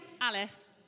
Alice